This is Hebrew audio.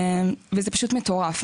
וזה פשוט מטורף.